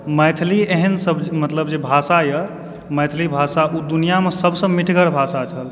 मैथिली एहन सबजे मतलब जे भाषा यऽ मैथिली भाषा ओ दुनियामे सबसँ मीठगर भाषा छै